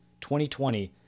2020